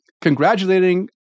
congratulating